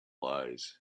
lies